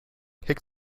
kick